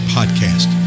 Podcast